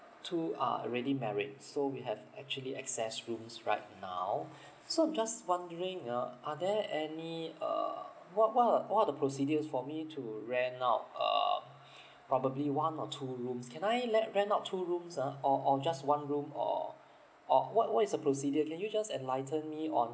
two are already married so we have actually excess rooms right now so just wondering ah are there any uh what what are what are the procedures for me to rent out uh probably one or two rooms can I let rent out two rooms ah or or just one room or or what what is the procedure can you just enlighten me on